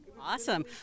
Awesome